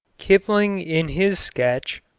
kipling in his sketch,